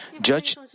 judge